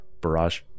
barrage